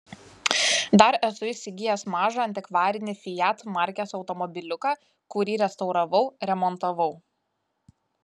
dar esu įsigijęs mažą antikvarinį fiat markės automobiliuką kurį restauravau remontavau